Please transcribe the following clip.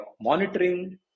monitoring